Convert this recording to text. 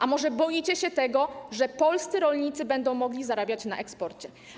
A może boicie się tego, że polscy rolnicy będą mogli zarabiać na eksporcie?